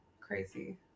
Crazy